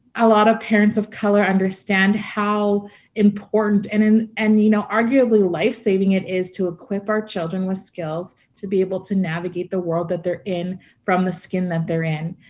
a lot of parents of color understand how important and, and you know, arguably life-saving it is to equip our children with skills to be able to navigate the world that they are in from the skin that they are in.